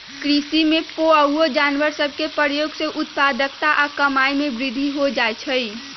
कृषि में पोअउऔ जानवर सभ के प्रयोग से उत्पादकता आऽ कमाइ में वृद्धि हो जाइ छइ